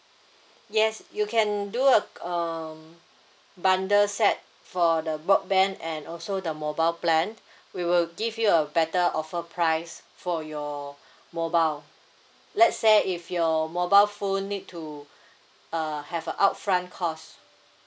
yes you can do a k~ um bundle set for the broadband and also the mobile plan we will give you a better offer price for your mobile let's say if your mobile phone need to uh have a upfront cost